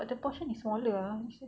but the portion is smaller ah